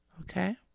okay